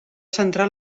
centrar